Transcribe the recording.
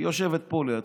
היא יושבת פה, לידך.